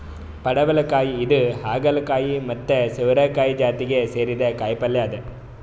ಪಡವಲಕಾಯಿ ಇದು ಹಾಗಲಕಾಯಿ ಮತ್ತ್ ಸೋರೆಕಾಯಿ ಜಾತಿಗ್ ಸೇರಿದ್ದ್ ಕಾಯಿಪಲ್ಯ ಅದಾ